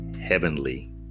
heavenly